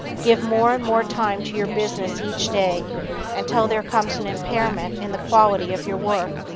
give more and more time to your business each day until there comes an impairment in the quality of your work.